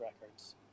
records